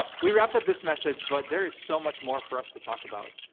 we wrapped up this message, but there is so much more for us to talk about.